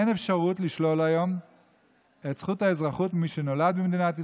אין אפשרות לשלול היום את זכות האזרחות ממי שנולד במדינת ישראל,